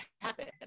happen